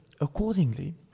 accordingly